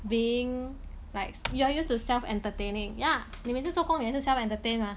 being like you are used to self entertaining ya 你每次做工你也是 self entertain mah